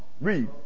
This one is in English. Read